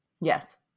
Yes